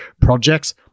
projects